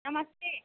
नमस्ते